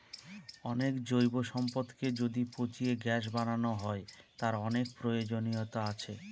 অনেক জৈব সম্পদকে যদি পচিয়ে গ্যাস বানানো হয়, তার অনেক প্রয়োজনীয়তা আছে